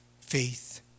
Faith